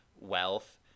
wealth